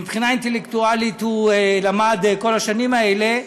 ומבחינה אינטלקטואלית למד כל השנים האלה,